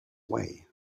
way